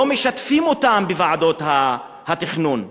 לא משתפים אותם בוועדות התכנון ובהחלטות.